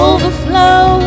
Overflow